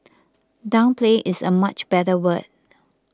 downplay is a much better word